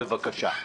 בבקשה.